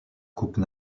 coupes